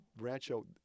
Rancho